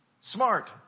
Smart